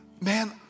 man